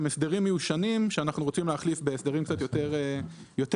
הם הסדרים מיושנים שאנחנו רוצים להחליף בהסדרים קצת יותר מודרניים,